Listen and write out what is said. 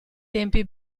tempi